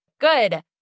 Good